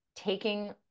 Taking